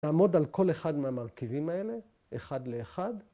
‫לעמוד על כל אחד מהמרכיבים האלה, ‫אחד לאחד.